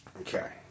Okay